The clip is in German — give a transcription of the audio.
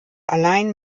allein